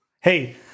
Hey